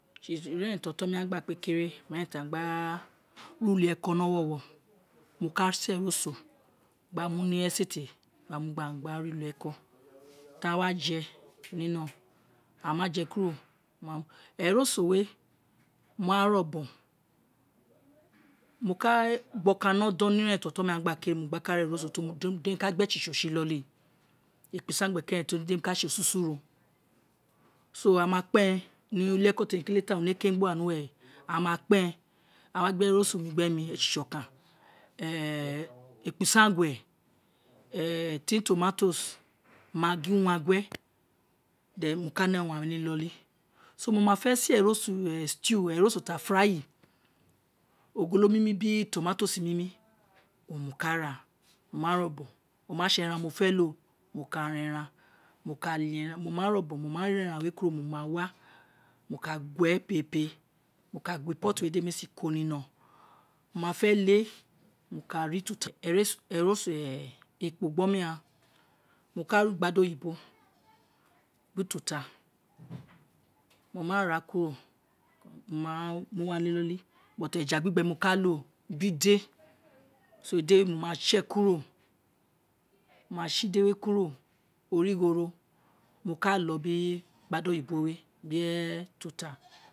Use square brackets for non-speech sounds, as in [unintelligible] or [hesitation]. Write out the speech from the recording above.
Sisi ira eren ti oton nu ghan gba se kere, ina eren ti a gba, re ulieko ti agba re ulieko ni owowo mo kase ni uso gba mu ni esete gba mu gba ghan gba re ulieko ti a wa je ninoron, aghan ma je kuro, eroso we mo me re obon, [unintelligible] ugbo kan ni odon ni ti oton ghan gba kere, owun wo gba ka ra eroso, di mo ka gbe esi so si si inoli, ekpo-isague keren, iteri di emi ka se osusu ro so ama kpen ni ulieko ti mo kete tai urun ni iken gbuwa ni uwe, aghan ma kpen ewo gbe eroso gba mu gbe mi esiso okan [hesitation] ekpo-isa ngue, [hesitation] tin tomatoes, maggi, uwangue, then mo ka ne urun ni inoli, so mo ma fe se eroso we, stao we, eroso ti a fry ogolo minu bri tomatoes minu owun mo ka ra, mo ma re obon o ma se eran owun oghan fe lo, a ka ra eran, oka le wun mo ma re obon mo ma ra eran kuro mo ka wa, mo ka gue pere, mo ka gue pot di me si ko ni noron, mo ma fe le mo ka re ututa eroso ekpo gbe oma ghan mo ka ru gba da oyibo ra ututa mo ma ra kuro, wo wa mu wa ni luo li, ti eja gbigbe mo ka lo biri ide so ide we mo ina se kuro origho ro, mo ka lo bi gbado yibo we biri ututa.